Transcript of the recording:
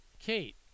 Kate